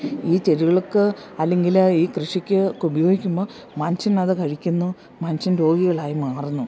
ഈ ചെടികൾക്ക് അല്ലെങ്കിൽ ഈ കൃഷിക്ക് ഉപയോഗിക്കുമ്പം മനുഷ്യനത് കഴിക്കുന്നു മനുഷ്യൻ രോഗികളായി മാറുന്നു